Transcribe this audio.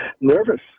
Nervous